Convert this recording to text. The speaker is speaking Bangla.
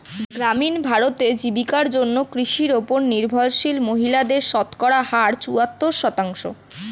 গ্রামীণ ভারতে, জীবিকার জন্য কৃষির উপর নির্ভরশীল মহিলাদের শতকরা হার চুয়াত্তর শতাংশ